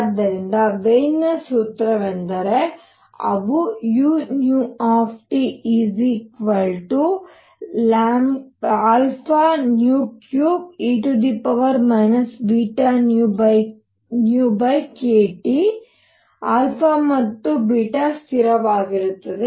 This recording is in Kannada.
ಆದ್ದರಿಂದ ವೈನ್ನ ಸೂತ್ರವೆಂದರೆ ಮತ್ತು ಅವು u α3e βνkT ಮತ್ತು ಸ್ಥಿರವಾಗಿರುತ್ತದೆ